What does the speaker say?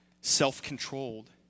self-controlled